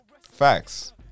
Facts